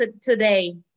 today